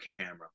camera